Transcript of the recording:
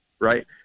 right